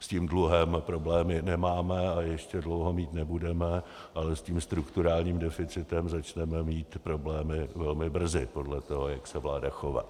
S tím dluhem problémy nemáme a ještě dlouho mít nebudeme, ale s tím strukturálním deficitem začneme mít problémy velmi brzy podle toho, jak se vláda chová.